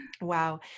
Wow